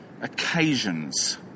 occasions